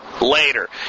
later